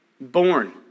Born